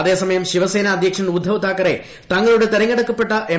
അതേസമയം ശിവസേന അധ്യക്ഷൻ ഉദ്ദവ് താക്കറെ തങ്ങളുടെ തെരഞ്ഞെടുക്കപ്പെട്ട എം